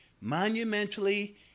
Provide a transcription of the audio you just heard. Monumentally